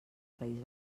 país